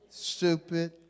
stupid